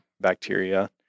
bacteria